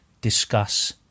discuss